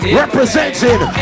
representing